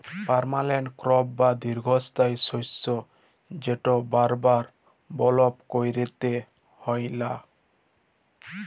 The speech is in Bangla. পার্মালেল্ট ক্রপ বা দীঘ্ঘস্থায়ী শস্য যেট বার বার বপল ক্যইরতে হ্যয় লা